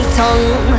tongue